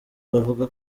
bavuga